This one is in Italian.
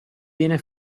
viene